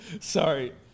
sorry